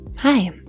Hi